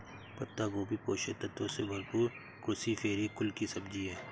पत्ता गोभी पोषक तत्वों से भरपूर क्रूसीफेरी कुल की सब्जी है